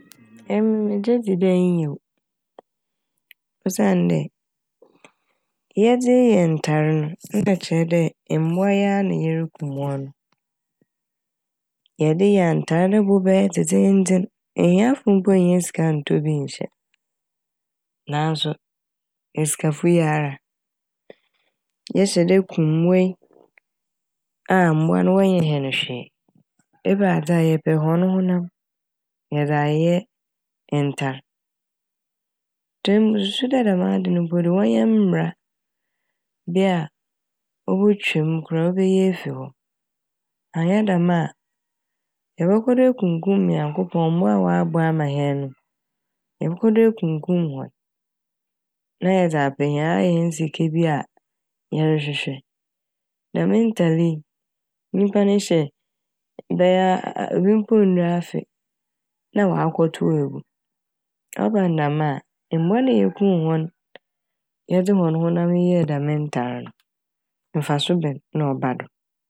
Emi megye dzi dɛ nyew osiandɛ yɛdze yɛ ntar no na kyerɛ dɛ mbowa yi a na yeruku hɔn no. Yɛde yɛ antar no bo bɛyɛ dzedzenndzen ehiafo mpo nnya sika nntɔ bi nnhyɛ naaso esikafo yi ara. Yɛhyɛ da ku mbowa yi a mbowa no wɔnnyɛ hɛn hwee. Ebɛradze a yɛpɛ hɔn honam yɛdze ayeyɛ ntar. Ntsi emi mususu dɛ dɛm ade no mpo wɔnyɛ mbra bia obotwa m' koraa obeyi efi hɔ. Annyɛ dɛm a yɛbɔkɔ do ekumkum Nyankopɔn mbowa a Ɔabɔ ama hɛn no yɛbɔkɔ do ekumkum hɔn na yɛdze apɛ yɛa hɛn sika bi a yɛrehwehwɛ. Dɛm ntar li nyimpa ne hyɛ bɛyɛ a- a- bi mpo nndu afe na ɔakɔtow egu. Ɔba ne dɛm a mbowa na yekum hɔn yɛdze hɔn honam yɛɛ dɛm ntar no mfaso bɛn na ɔba do.